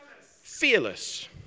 fearless